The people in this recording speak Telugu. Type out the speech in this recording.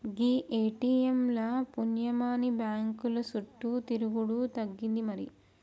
గీ ఏ.టి.ఎమ్ ల పుణ్యమాని బాంకుల సుట్టు తిరుగుడు తగ్గింది మరి